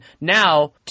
now